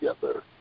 together